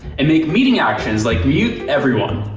and make meeting actions, like mute everyone.